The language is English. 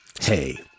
Hey